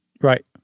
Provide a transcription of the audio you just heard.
Right